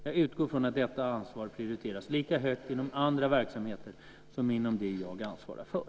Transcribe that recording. Jag utgår från att detta ansvar prioriteras lika högt inom andra verksamheter som inom de jag ansvarar för.